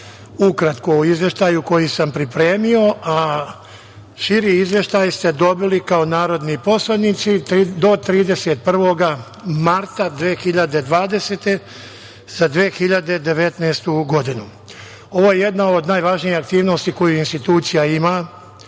iznesem o izveštaju koji sam pripremio, a širi izveštaj ste dobili kao narodni poslanici do 31. marta 2020. godine za 2019. godinu. Ovo je jedna od najvažnijih aktivnosti koje institucija ima,